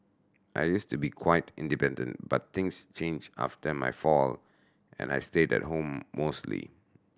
I used to be quite independent but things changed after my fall and I stayed at home mostly